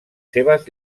seves